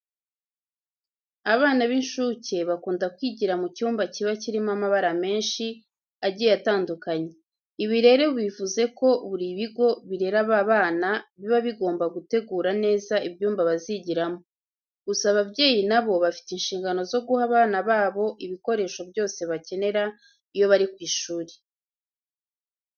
Abana b'incuke bakunda kwigira mu cyumba kiba kirimo amabara menshi agiye atandukanye. Ibi rero bivuze ko buri bigo birera aba bana, biba bigomba gutegura neza ibyumba bazigiramo. Gusa ababyeyi na bo bafite inshingano zo guha abana babo ibikoresho byose bakenera iyo bari ku ishuri.